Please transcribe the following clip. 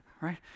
right